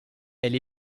elle